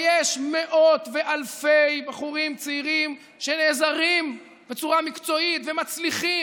ויש מאות ואלפי בחורים צעירים שנעזרים בצורה מקצועית ומצליחים